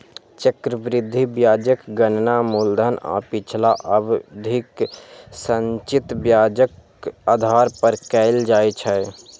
चक्रवृद्धि ब्याजक गणना मूलधन आ पिछला अवधिक संचित ब्याजक आधार पर कैल जाइ छै